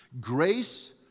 Grace